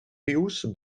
pius